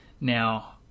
Now